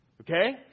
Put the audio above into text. Okay